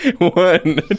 One